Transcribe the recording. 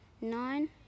nine